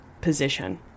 position